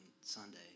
Sunday